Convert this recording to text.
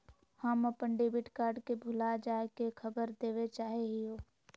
हम अप्पन debit card के भुला जाये के खबर देवे चाहे हियो